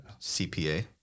CPA